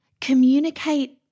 communicate